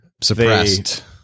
Suppressed